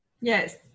Yes